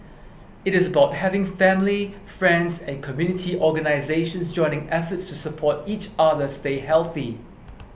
it is about having family friends and community organisations joining efforts to support each other stay healthy